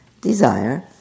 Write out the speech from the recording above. desire